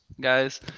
guys